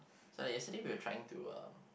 so like yesterday we were trying to um